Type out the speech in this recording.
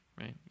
right